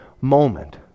moment